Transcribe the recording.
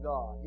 God